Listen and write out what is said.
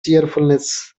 cheerfulness